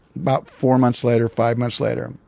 about four months later, five months later.